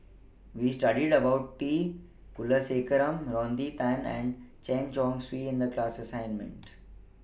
We studied about T Kulasekaram Rodney Tan and Chen Chong Swee in The class assignment